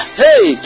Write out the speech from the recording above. hey